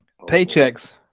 paychecks